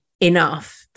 enough